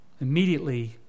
immediately